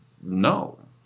no